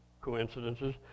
coincidences